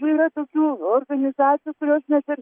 va yra tokių organizacijų kurios net ir